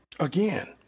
Again